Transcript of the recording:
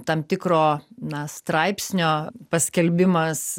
tam tikro na straipsnio paskelbimas